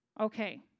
Okay